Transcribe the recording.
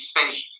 faith